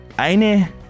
Eine